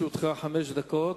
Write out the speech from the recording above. לרשותך חמש דקות.